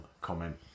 comment